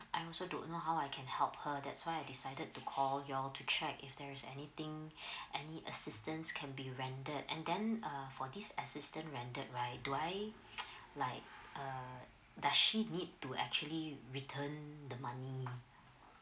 I also don't know how I can help her that's why I decided to call your to check if there's anything any assistance can be rendered and then um for this assistant rendered right do I like uh does she need to actually return the money